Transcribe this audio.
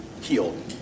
healed